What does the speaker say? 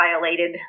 violated